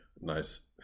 Nice